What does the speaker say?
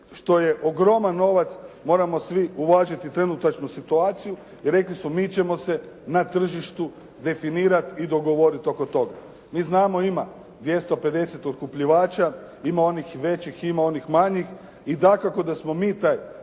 što je ogroman novac, moramo svi uvažiti trenutačnu situaciju i rekli su mi ćemo se na tržištu definirati i dogovoriti oko toga. Mi znamo ima 250 otkupljivača, ima onih većih, ima onih manjih, i dakako da smo mi taj